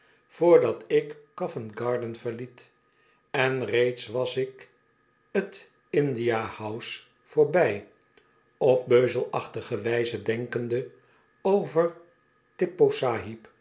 ik üo vent garden verliet en reeds was ik t india house voorbij op beuzelachtige wijze denkende over